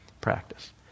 practice